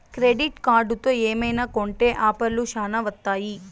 credit కార్డుతో ఏమైనా కొంటె ఆఫర్లు శ్యానా వత్తాయి